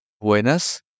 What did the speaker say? Buenas